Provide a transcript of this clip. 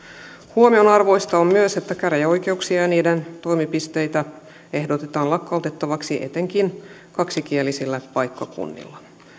huomionarvoista on myös että käräjäoikeuksia ja niiden toimipisteitä ehdotetaan lakkautettavaksi etenkin kaksikielisillä paikkakunnilla